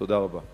תודה רבה.